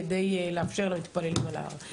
שתאפשר למתפללים להיות על ההר.